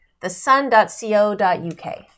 thesun.co.uk